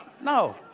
No